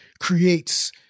creates